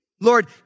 Lord